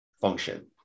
function